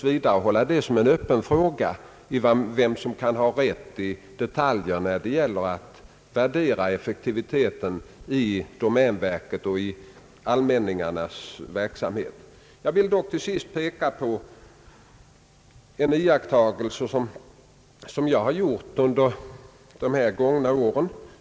Vem som kan ha rätt i detaljerna när det gäller att värdera effektiviteten i domänverkets och det allmännas verksamhet tycker jag att vi tills vidare kan låta vara en öppen fråga. Till sist vill jag peka på en iakttagelse som jag har gjort under de gångna åren.